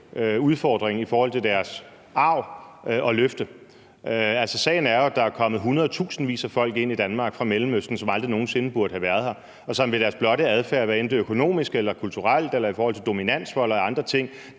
udfordring at løfte i forhold til deres arv. Sagen er jo, at der er kommet hundredtusindvis af folk ind i Danmark fra Mellemøsten, som aldrig nogen sinde burde have været her, og som ved deres blotte adfærd, hvad enten det er økonomisk eller kulturelt eller i forhold til dominansvold eller andre ting,